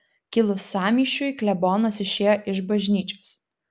kilus sąmyšiui klebonas išėjo iš bažnyčios